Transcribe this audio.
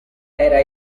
era